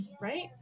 right